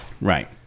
Right